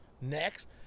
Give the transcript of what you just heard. Next